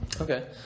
Okay